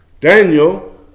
Daniel